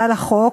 לחוק,